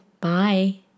Bye